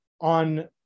on